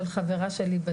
של מילוי מקום.